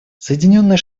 соединенные